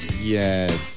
Yes